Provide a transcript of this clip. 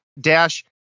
Dash